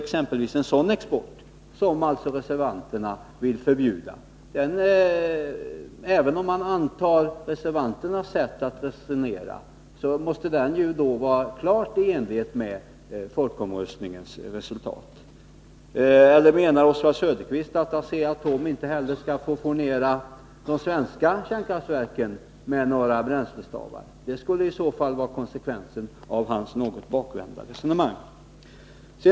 En sådan export vill reservanterna förbjuda, men även om man godtar reservanternas sätt att resonera, måste slutsatsen bli att den exporten inte strider mot folkomröstningens resultat. Eller menar Oswald Söderqvist att Asea-Atom inte heller skall få furnera de svenska kärnkraftverken med några bränslestavar? Det skulle ju vara konsekvensen av ert något bakvända resonemang.